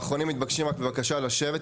האחרונים מתבקשים רק בבקשה לשבת,